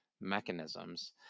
mechanisms